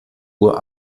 uhr